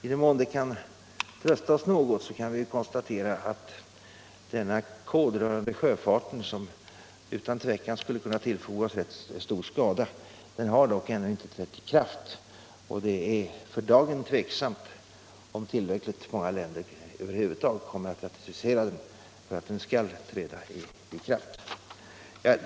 I den mån det kan trösta oss något kan vi ju konstatera att denna sjöfartskod, som utan tvivel skulle kunna tillfoga oss rätt stor skada, ännu inte har trätt i kraft. Det är alltså för dagen tveksamt om så många länder över huvud taget kommer att ratificera den att den kan träda i kraft.